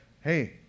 hey